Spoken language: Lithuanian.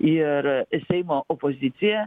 ir seimo opozicija